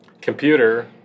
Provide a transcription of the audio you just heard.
Computer